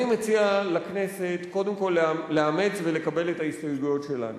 אני מציע לכנסת קודם כול לאמץ ולקבל את ההסתייגויות שלנו,